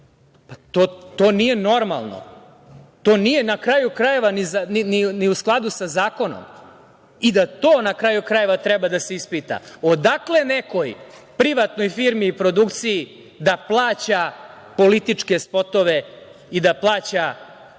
to nije normalno, to nije, na kraju krajeva, ni u skladu sa zakonom i da to, na kraju krajeva, treba da se ispita. Odakle nekoj privatnoj firmi i produkciji da plaća političke spotove i da plaća